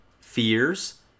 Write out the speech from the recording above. fears